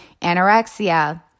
anorexia